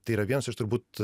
tai yra vienas iš turbūt